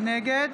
נגד